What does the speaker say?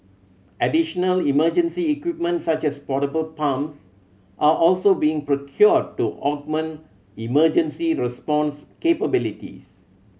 additional emergency equipment such as portable pumps are also being procured to augment emergency response capabilities